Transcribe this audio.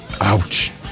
Ouch